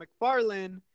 McFarlane